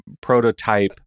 prototype